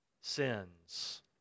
sins